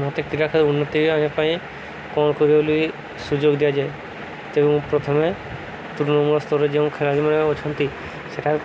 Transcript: ମୋତେ କ୍ରୀଡ଼ା ଖେଳରେ ଉନ୍ନତି ଆଣିବା ପାଇଁ କ'ଣ କରିବ ବୋଲି ସୁଯୋଗ ଦିଆଯାଏ ତେଣୁ ମୁଁ ପ୍ରଥମେ ତୃଣମୂଳ ସ୍ତରରେ ଯେଉଁ ଖେଳାଳିମାନେ ଅଛନ୍ତି ସେଠାରେ